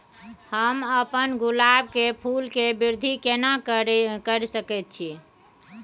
हम अपन गुलाब के फूल के वृद्धि केना करिये सकेत छी?